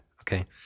Okay